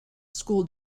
school